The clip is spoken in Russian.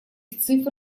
цифр